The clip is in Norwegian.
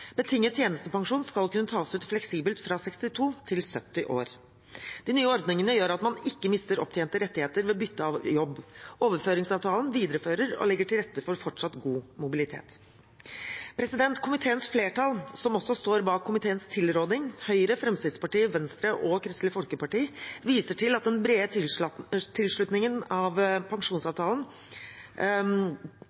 Betinget tjenestepensjon skal kunne tas ut fleksibelt fra 62 til 70 år. De nye ordningene gjør at man ikke mister opptjente rettigheter ved bytte av jobb. Overføringsavtalen viderefører og legger til rette for fortsatt god mobilitet. Komiteens flertall – som også står bak komiteens tilråding – Høyre, Fremskrittspartiet, Venstre og Kristelig Folkeparti, viser til at den brede tilslutningen